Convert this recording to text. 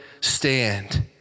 stand